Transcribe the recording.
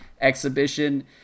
exhibition